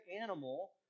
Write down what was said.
animal